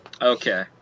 Okay